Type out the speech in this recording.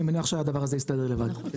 אני מניח שהדבר הזה יסתדר לבד.